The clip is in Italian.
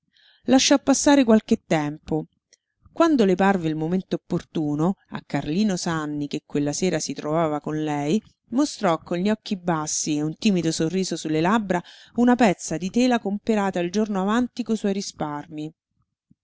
lasciò passare qualche tempo quando le parve il momento opportuno a carlino sanni che quella sera si trovava con lei mostrò con gli occhi bassi e un timido sorriso sulle labbra una pezza di tela comperata il giorno avanti co suoi risparmi